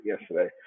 yesterday